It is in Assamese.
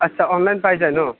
আচ্ছা অনলাইন পাই যায় ন